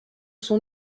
son